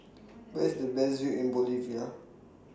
Where IS The Best View in Bolivia